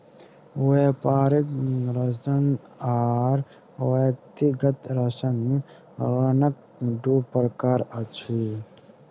व्यापारिक ऋण आर व्यक्तिगत ऋण, ऋणक दू प्रकार अछि